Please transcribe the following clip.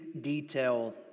detail